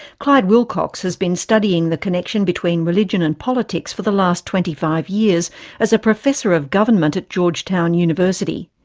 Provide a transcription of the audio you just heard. clyde wilcox has been studying the connection between religion and politics for the last twenty five years as a professor of government at georgetown university.